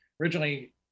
originally